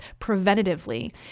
preventatively